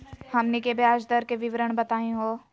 हमनी के ब्याज दर के विवरण बताही हो?